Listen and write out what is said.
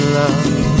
love